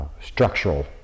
structural